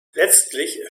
letztlich